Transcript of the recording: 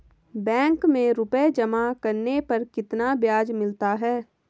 Bank में रुपये जमा करने पर कितना ब्याज मिलता है?